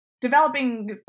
developing